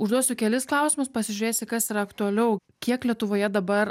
užduosiu kelis klausimus pasižiūrėsi kas yra aktualiau kiek lietuvoje dabar